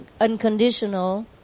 unconditional